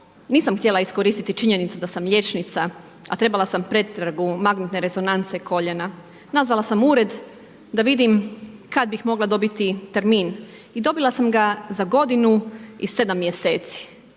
nisam htjela iskoristiti činjenicu da sam liječnica, a trebala sam pretragu magnetne rezonance koljena. Nazala sam ured, da vidim, kada bi mogla dobiti termin i dobila sam ga za godinu i 7 mjeseci.